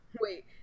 Wait